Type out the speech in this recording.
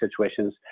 situations